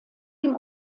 ihm